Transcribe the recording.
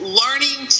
learning